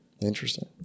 Interesting